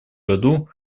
году